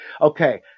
Okay